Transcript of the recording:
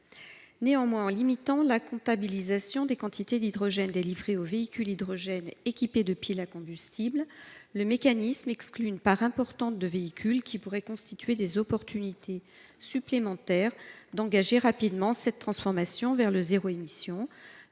Néanmoins, en limitant la comptabilisation des quantités d’hydrogène délivrées aux véhicules équipés de piles à combustible, le mécanisme exclut une part importante de véhicules qui pourraient constituer des moyens supplémentaires d’engager rapidement cette transformation vers l’objectif de zéro émission